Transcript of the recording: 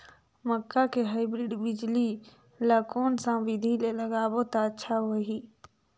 मक्का के हाईब्रिड बिजली ल कोन सा बिधी ले लगाबो त अच्छा होहि?